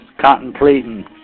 contemplating